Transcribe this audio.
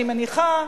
אני מניחה,